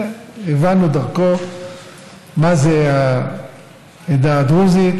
הבנו דרכו מה זה העדה הדרוזית,